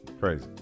crazy